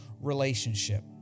relationship